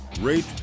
rate